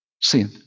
Sin